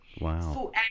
Wow